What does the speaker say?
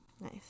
Nice